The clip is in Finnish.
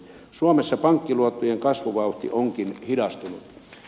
suomessa pankkiluottojen kasvuvauhti onkin hidastunut